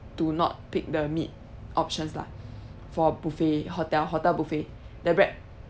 to not pick the meat options lah for buffet hotel hotel buffet the break~